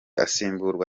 asimburwa